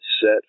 set